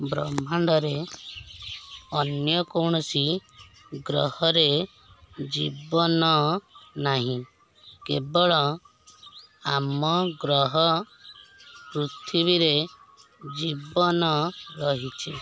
ବ୍ରହ୍ମାଣ୍ଡରେ ଅନ୍ୟ କୌଣସି ଗ୍ରହରେ ଜୀବନ ନାହିଁ କେବଳ ଆମ ଗ୍ରହ ପୃଥିବୀରେ ଜୀବନ ରହିଛି